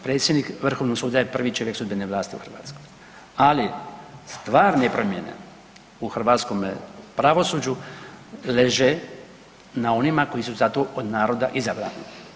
Predsjednik Vrhovnog suda je prvi čovjek sudbene vlasti u Hrvatskoj, ali stvarne promjene u hrvatskome pravosuđu leže na onima koji su za to od naroda izabrani.